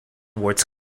words